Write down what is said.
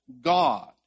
God